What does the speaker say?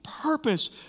Purpose